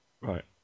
Right